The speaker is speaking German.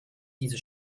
diese